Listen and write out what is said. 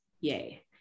yay